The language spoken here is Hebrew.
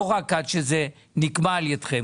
לא רק עד שזה נקבע על ידכם?